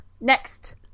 next